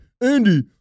Andy